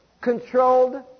Controlled